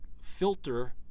filter